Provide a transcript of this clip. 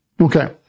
Okay